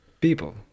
people